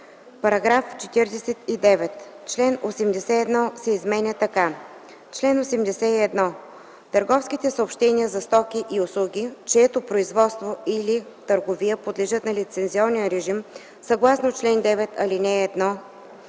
„§ 49. Член 81 се изменя така: „Чл. 81. Търговските съобщения за стоки и услуги, чието производство или търговия подлежат на лицензионен режим, съгласно чл. 9, ал. 1,